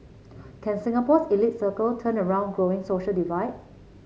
can Singapore's elite circle turn around growing social divide